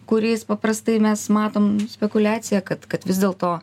kuriais paprastai mes matom spekuliaciją kad kad vis dėl to